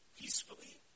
peacefully